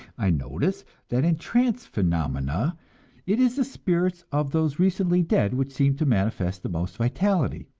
i notice that in trance phenomena it is the spirits of those recently dead which seem to manifest the most vitality.